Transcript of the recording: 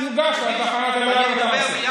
יוגש לתחנה ונברר את הנושא.